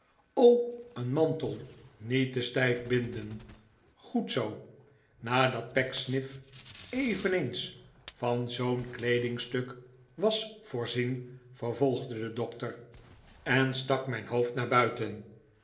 een mantel niet te stijf binden goed zoo nadat pecksniff eveneens van zoo'n kleedingstuk was voorzien vervolgde de dokter en stak mijn hoofd naar buiten